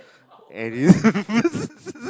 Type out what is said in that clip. and